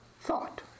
thought